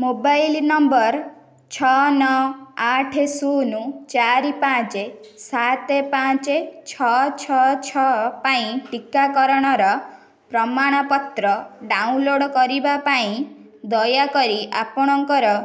mobile number ଛଅ ନଅ ଆଠ ଶୂନ ଚାରି ପାଞ୍ଚ ସାତ ପାଞ୍ଚ ଛଅ ଛଅ ଛଅ ପାଇଁ ଟିକାକରଣର ପ୍ରମାଣପତ୍ର ଡାଉନଲୋଡ଼୍ କରିବା ପାଇଁ ଦୟାକରି ଆପଣଙ୍କର